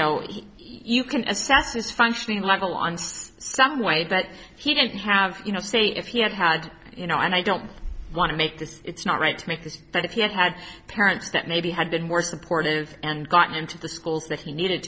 know you can assess his functioning level on stage some way but he didn't have you know say if he had had you know and i don't want to make this it's not right to make this but if you had had parents that maybe had been more supportive and gotten into the schools that he needed